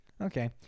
Okay